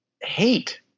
hate